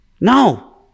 No